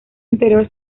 anterior